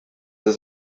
his